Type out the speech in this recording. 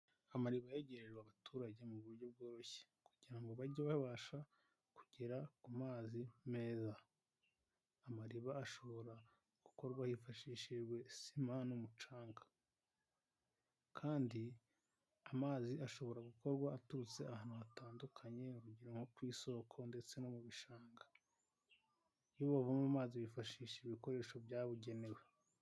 Amariba yegerejwe abaturage mu buryo bworoshye kugira ngo bajye babasha kugera ku mazi meza ,amariba ashobora gukorwa hifashishijwe isima n'umucanga ,kandi amazi ashobora gukorwa aturutse ahantu hatandukanye urugero nko ku isoko ndetse no mu bishanga ,iyo bavoma amazi bifashisha ibikoresho byabugenewe.